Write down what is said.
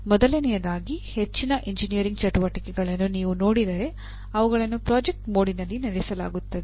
ಮೊದಲನೆಯದಾಗಿ ಹೆಚ್ಚಿನ ಎಂಜಿನಿಯರಿಂಗ್ ಚಟುವಟಿಕೆಗಳನ್ನು ನೀವು ನೋಡಿದರೆ ಅವುಗಳನ್ನು ಪ್ರಾಜೆಕ್ಟ್ ಮೋಡ್ನಲ್ಲಿ ನಡೆಸಲಾಗುತ್ತದೆ